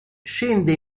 scende